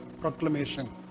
proclamation